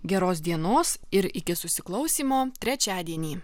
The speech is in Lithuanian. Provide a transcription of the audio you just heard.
geros dienos ir iki susiklausymo trečiadienį